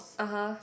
(uh huh)